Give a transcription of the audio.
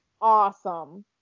awesome